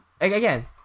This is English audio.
again